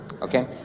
okay